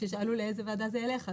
כששאלו לאיזו ועדה זה ילך,